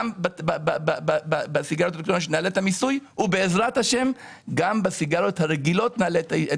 גם בסיגריות נעלה את המיסוי ובעזרת השם גם בסיגריות הרגילות נעלה את